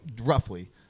roughly